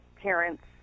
parents